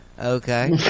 Okay